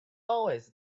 always